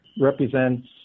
represents